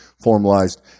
formalized